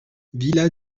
villa